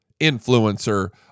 influencer